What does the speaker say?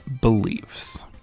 Beliefs